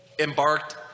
embarked